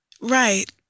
Right